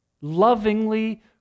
Lovingly